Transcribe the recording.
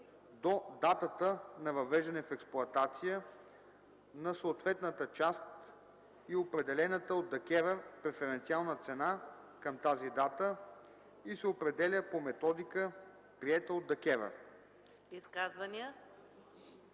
до датата на въвеждане в експлоатация на съответната част и определената от ДКЕВР преференциална цена към тази дата и се определя по методика, приета от ДКЕВР.”